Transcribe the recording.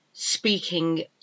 speaking